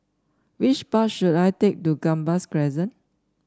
which bus should I take to Gambas Crescent